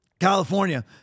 California